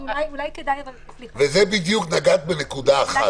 נגעת בנקודה אחת.